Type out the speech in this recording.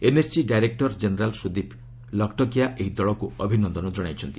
NSG director general Sudeep Lakhtakia ଏହି ଦଳକୁ ଅଭିନନ୍ଦନ କଣାଇଛନ୍ତି